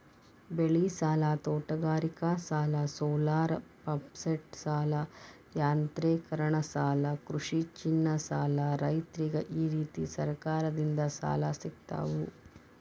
ಬೆಳಿಸಾಲ, ತೋಟಗಾರಿಕಾಸಾಲ, ಸೋಲಾರಪಂಪ್ಸೆಟಸಾಲ, ಯಾಂತ್ರೇಕರಣಸಾಲ ಕೃಷಿಚಿನ್ನದಸಾಲ ರೈತ್ರರಿಗ ಈರೇತಿ ಸರಕಾರದಿಂದ ಸಾಲ ಸಿಗ್ತಾವು